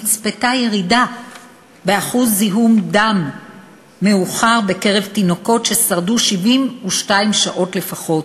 נצפתה ירידה בשיעור זיהום דם מאוחר בקרב תינוקות ששרדו 72 שעות לפחות: